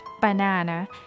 banana